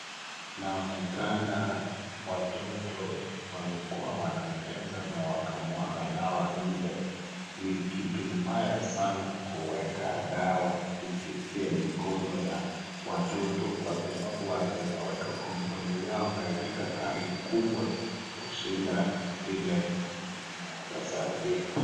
Inaonekana watoto walikuwa wanacheza na wakamwaga dawa nje. Ni kitu mbaya sana kuweka dawa ifikie mikono ya watoto kwa sababu wanaweza weka kwa midomo yao na ilete athari kubwa kushinda vile inaweza saidia.